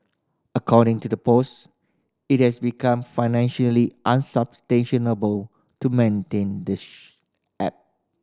according to the post it has become financially unsustainable to maintain the app